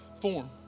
form